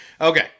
Okay